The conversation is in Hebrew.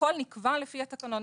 הכול נקבע בתקנון,